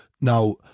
now